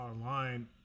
online